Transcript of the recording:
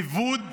איבוד